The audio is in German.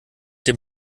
dem